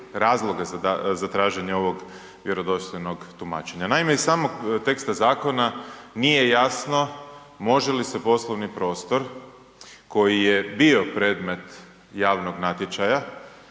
razloge za traženje ovog vjerodostojnog tumačenja. Naime, iz samog teksta zakona nije jasno može li se poslovni prostor koji je bio predmet javnog natječaja,